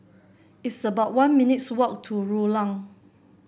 it's about one minutes' walk to Rulang